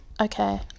Okay